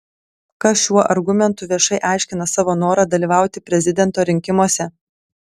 kas šiuo argumentu viešai aiškina savo norą dalyvauti prezidento rinkimuose